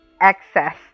excess